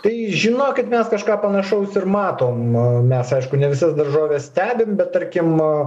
tai žinokit mes kažką panašaus ir matom mes aišku ne visas daržoves stebim bet tarkim